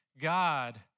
God